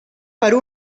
per